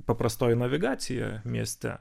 paprastoji navigacija mieste